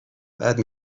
بعد